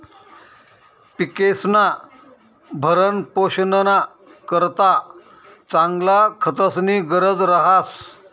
पिकेस्ना भरणपोषणना करता चांगला खतस्नी गरज रहास